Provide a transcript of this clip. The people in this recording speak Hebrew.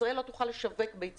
ישראל לא תוכל עוד מעט לשווק ביצים